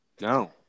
no